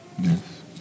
Yes